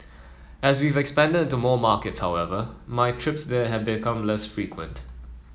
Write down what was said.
as we've expanded into more markets however my trips there have become less frequent